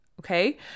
Okay